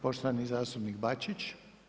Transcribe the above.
Poštovani zastupnik Bačić.